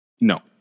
no